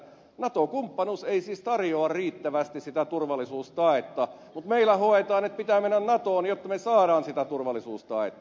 nato kumppanuus ei siis tarjoa riittävästi sitä turvallisuustaetta mutta meillä hoetaan että pitää mennä natoon jotta me saamme sitä turvallisuustaetta